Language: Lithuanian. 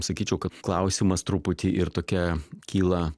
sakyčiau kad klausimas truputį ir tokia kyla